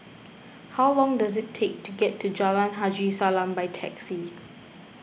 how long does it take to get to Jalan Haji Salam by taxi